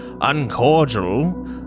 uncordial